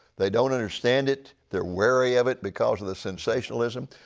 they don't understand it. they are wary of it because of the sensationalism.